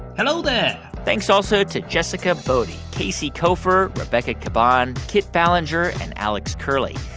hello there thanks also to jessica boddy, casey koeffer, rebecca caban, kit ballenger and alex curley.